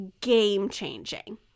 game-changing